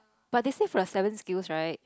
but they say for the seven skills right